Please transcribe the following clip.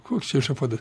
koks čia ešafotas